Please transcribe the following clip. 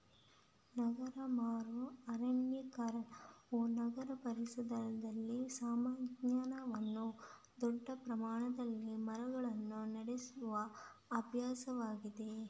ನಗರ ಮರು ಅರಣ್ಯೀಕರಣವು ನಗರ ಪರಿಸರದಲ್ಲಿ ಸಾಮಾನ್ಯವಾಗಿ ದೊಡ್ಡ ಪ್ರಮಾಣದಲ್ಲಿ ಮರಗಳನ್ನು ನೆಡುವ ಅಭ್ಯಾಸವಾಗಿದೆ